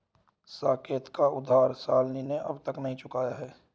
साकेत का उधार शालिनी ने अब तक नहीं चुकाया है